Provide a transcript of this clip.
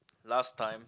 last time